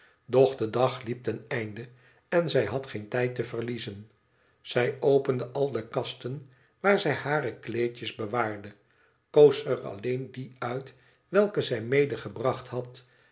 doch de dag liep ten einde en zij had geen tijd te verliezen zij opende al de kasten waar zij hare kleedjes bewaarde koos er alleen die uit welke zij medegebracht had